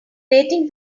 waiting